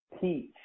teach